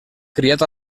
criat